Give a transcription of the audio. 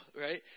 right